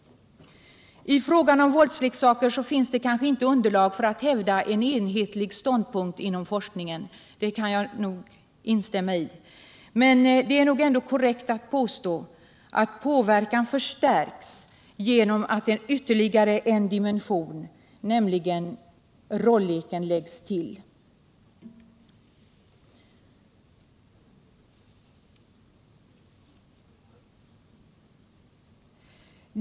I fråga om våldsleksaker finns det kanske inte underlag för att hävda en enhetlig ståndpunkt inom forskningen. Det kan jag instämma i, men det är nog ändå korrekt att påstå att påverkan förstärks genom att ytterligare en dimension, nämligen rolleken, läggs till.